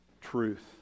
truth